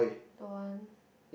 don't want